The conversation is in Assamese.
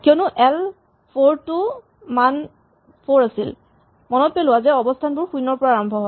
কিয়নো এল ৪ টো মান ৪ আছিল মনত পেলোৱা যে অৱস্হানবোৰ শূণ্যৰ পৰা আৰম্ভ হয়